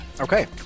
Okay